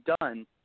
done